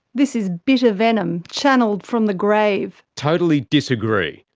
this is bitter venom channelled from the grave. totally disagree.